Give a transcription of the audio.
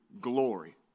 glory